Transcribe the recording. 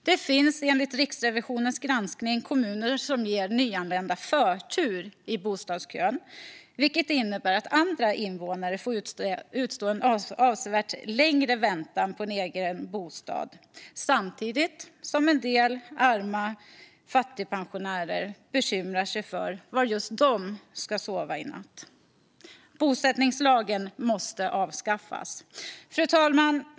Det finns enligt Riksrevisionens granskning kommuner som ger nyanlända förtur i bostadskön, vilket innebär att andra invånare får utstå en avsevärt längre väntan på en egen bostad samtidigt som en del arma fattigpensionärer bekymrar sig för var just de ska sova i natt. Bosättningslagen måste avskaffas. Fru talman!